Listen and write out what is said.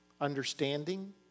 understanding